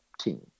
team